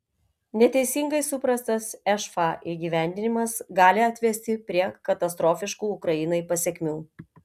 neteisingai suprastas šf įgyvendinimas gali atvesti prie katastrofiškų ukrainai pasekmių